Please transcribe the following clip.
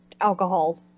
alcohol